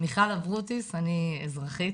מיכל אברוטיס, אני אזרחית.